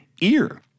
ear